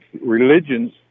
religions